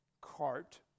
cart